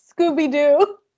Scooby-Doo